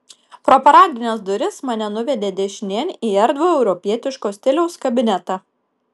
pro paradines duris mane nuvedė dešinėn į erdvų europietiško stiliaus kabinetą